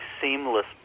seamless